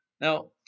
Now